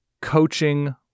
coaching